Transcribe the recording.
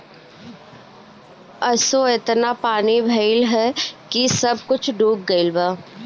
असो एतना पानी भइल हअ की सब कुछ डूब गईल बा